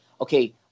okay